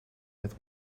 met